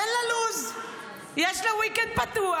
אין לה לו"ז, יש לה ויקנד פתוח,